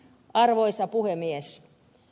arvoisa puhemies